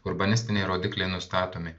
urbanistiniai rodikliai nustatomi